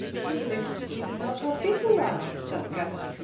st. nicholas even knows how big we are, said kat.